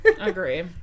Agree